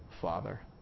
father